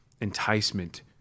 enticement